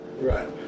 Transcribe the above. Right